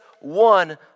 one